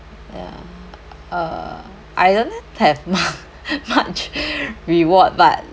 ya uh I don't ha~ have much much reward but